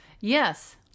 yes